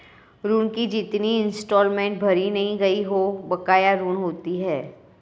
ऋण की जितनी इंस्टॉलमेंट भरी नहीं गयी वो बकाया ऋण होती है